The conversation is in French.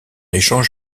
échange